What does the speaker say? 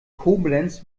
koblenz